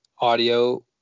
audio